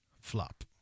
flop